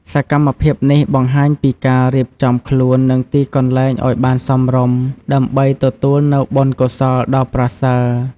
សកម្មភាពនេះបង្ហាញពីការរៀបចំខ្លួន និងទីកន្លែងឱ្យបានសមរម្យ ដើម្បីទទួលនូវបុណ្យកុសលដ៏ប្រសើរ។